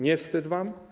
Nie wstyd wam?